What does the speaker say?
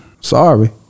Sorry